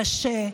קשה.